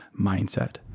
mindset